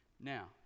Now